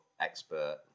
expert